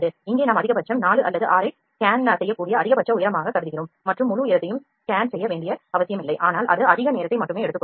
இங்கே நாம் அதிகபட்சம் 4 அல்லது 6 ஐ ஸ்கேன் செய்யக்கூடிய அதிகபட்ச உயரமாக கருதுகிறோம் மற்றும் முழு உயரத்தையும் ஸ்கேன் செய்ய வேண்டிய அவசியமில்லை ஆனால் அது அதிக நேரத்தை மட்டுமே எடுத்துக்கொள்ளும்